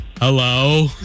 Hello